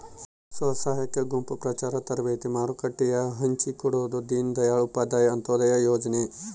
ಸ್ವಸಹಾಯ ಗುಂಪು ಪ್ರಚಾರ ತರಬೇತಿ ಮಾರುಕಟ್ಟೆ ಹಚ್ಛಿಕೊಡೊದು ದೀನ್ ದಯಾಳ್ ಉಪಾಧ್ಯಾಯ ಅಂತ್ಯೋದಯ ಯೋಜನೆ